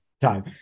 time